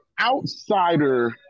outsider